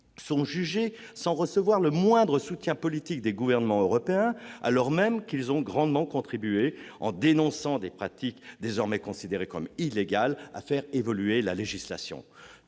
sont jugés sans recevoir le moindre soutien politique des gouvernements européens, alors même qu'ils ont grandement contribué, en dénonçant des pratiques désormais considérées illégales, à faire évoluer la législation.